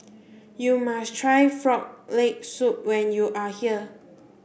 you must try frog leg soup when you are here